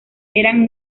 eran